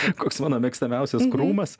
koks mano mėgstamiausias krūmas